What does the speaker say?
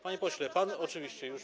Panie pośle, pan oczywiście już.